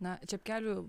na čepkelių